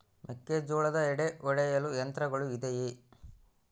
ಮೆಕ್ಕೆಜೋಳದ ಎಡೆ ಒಡೆಯಲು ಯಂತ್ರಗಳು ಇದೆಯೆ?